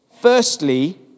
Firstly